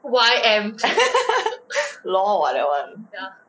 lol what that [one]